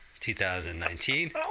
2019